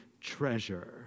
treasure